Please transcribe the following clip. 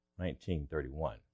1931